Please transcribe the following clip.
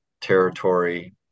territory